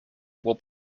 will